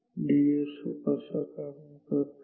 D S O कसा काम करतो